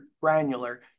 granular